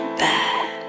bad